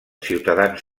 ciutadans